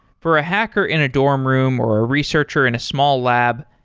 for a hacker in a dorm room or a researcher in a small lab,